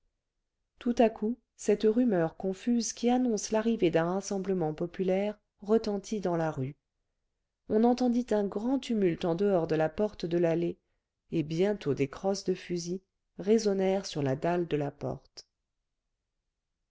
tout à coup cette rumeur confuse qui annonce l'arrivée d'un rassemblement populaire retentit dans la rue on entendit un grand tumulte en dehors de la porte de l'allée et bientôt des crosses de fusil résonnèrent sur la dalle de la porte